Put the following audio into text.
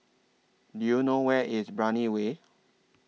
Do YOU know Where IS Brani Way